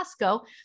Costco